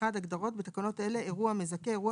הגדרות 1. בתקנות אלה - "אירוע מזכה" אירוע